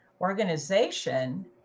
organization